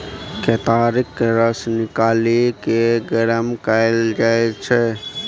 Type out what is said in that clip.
केतारीक रस निकालि केँ गरम कएल जाइ छै